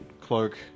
cloak